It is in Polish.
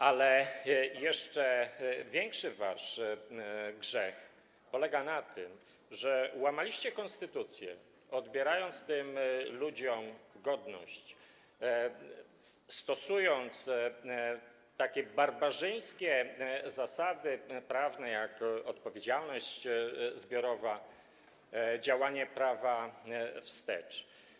Ale jeszcze większy wasz grzech polega na tym, że łamaliście konstytucję, odbierając tym ludziom godność, stosując takie barbarzyńskie zasady prawne jak odpowiedzialność zbiorowa, działanie prawa wstecz.